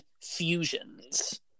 fusions